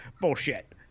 bullshit